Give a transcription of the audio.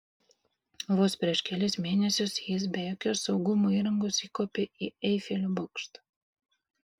vos prieš kelis mėnesius jis be jokios saugumo įrangos įkopė į eifelio bokštą